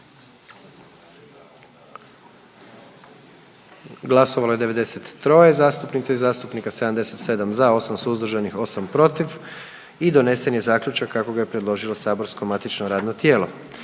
glasovalo 87 zastupnica i zastupnika, 76 za, 11 protiv pa je donesen zaključak kako ga je predložilo saborsko matično radno tijelo.